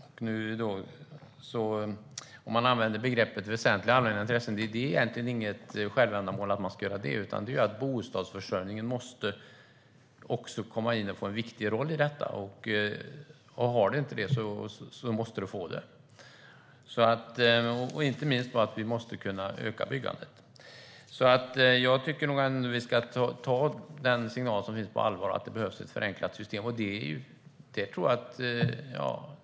Om man använder begreppet allmänna väsentliga intressen är det egentligen inget självändamål att man ska göra detta, utan det handlar om att bostadsförsörjningen måste komma in och få en viktig roll. Har den inte det måste den få det, inte minst för att vi ska kunna öka byggandet. Jag tycker att vi ska ta signalen om att det behövs ett förenklat system på allvar.